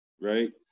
right